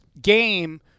game –